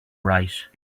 write